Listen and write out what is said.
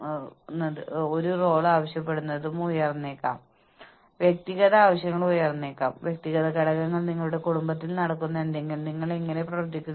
അതിനാൽ ജോലികളുടെ ആപേക്ഷിക പ്രാധാന്യത്തെ വിലയിരുത്തുന്നത് ബുദ്ധിമുട്ടാണ് മറ്റൊന്നിനേക്കാൾ പ്രധാനപ്പെട്ട ജോലി ഏതെന്ന് നിങ്ങൾ എങ്ങനെ തീരുമാനിക്കും